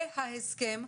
זה ההסכם.